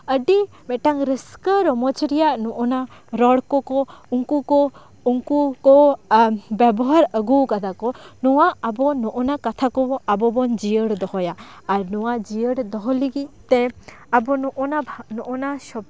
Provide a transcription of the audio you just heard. ᱟᱹᱰᱤ ᱢᱤᱫᱴᱟᱝ ᱨᱟᱹᱥᱠᱟᱹ ᱨᱚᱢᱚᱡᱽ ᱨᱮᱭᱟᱜ ᱱᱚᱜᱱᱟ ᱨᱚᱲ ᱠᱚ ᱠᱚ ᱩᱱᱠᱩ ᱠᱚ ᱩᱱᱠᱩ ᱠᱚ ᱟ ᱵᱮᱵᱚᱦᱟᱨ ᱟᱹᱜᱩᱣᱟᱠᱟᱫᱟ ᱠᱚ ᱱᱚᱶᱟ ᱟᱵᱚ ᱱᱚᱜᱱᱟ ᱠᱟᱛᱷᱟ ᱠᱚ ᱟᱵᱚ ᱵᱚᱱ ᱡᱤᱭᱟᱹᱲ ᱫᱚᱦᱚᱭᱟ ᱟᱨ ᱱᱚᱶᱟ ᱡᱤᱭᱟᱹᱲ ᱫᱚᱦᱚ ᱞᱟᱹᱜᱤᱫ ᱛᱮ ᱟᱵᱚ ᱱᱚᱜᱱᱟ ᱱᱚᱜᱱᱟ ᱥᱚ